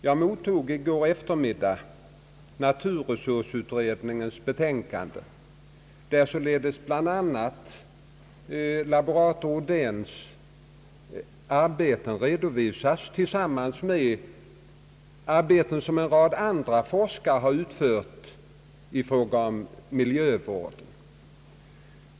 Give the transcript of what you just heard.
Jag mottog i går eftermiddag naturresursutredningens betänkande, där bl.a. laborator Odéns arbeten redovisas tillsammans med arbeten om miljövård, utförda av en rad andra forskare.